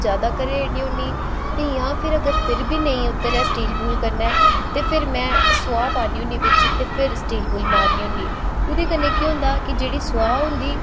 जैदा घरेड़नी होन्नी ते जां फिर अगर फिर बी नेईं उतरे स्टील बूल कन्नै ते फिर में सोआह् पान्नी होन्नी बिच्च ते फिर स्टील बूल मारनी होन्नी ओह्दे कन्नै केह् होंदा कि जेह्ड़ी सोआह् होंदी